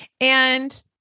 And-